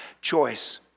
choice